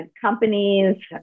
companies